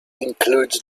includes